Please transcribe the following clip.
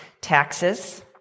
taxes